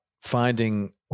finding